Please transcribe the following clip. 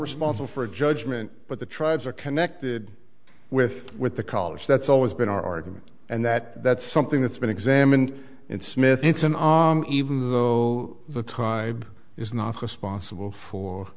responsible for a judgment but the tribes are connected with with the collars that's always been our argument and that that's something that's been examined in smith it's an even though the tide is not